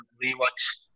re-watch